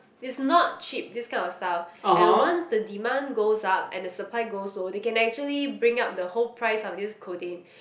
it's not cheap this kind of stuff and once the demand goes up and the supply goes low they can actually bring up the whole price of this codeine